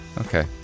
Okay